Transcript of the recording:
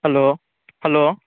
hello hello